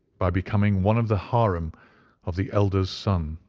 by becoming one of the harem of the elder's son.